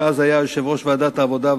שאז היה יושב-ראש ועדת העבודה,